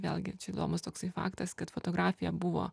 vėlgi čia įdomus toksai faktas kad fotografija buvo